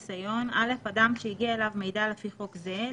(א) אדם שהגיע אליו מידע לפי חוק זה,